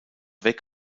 weg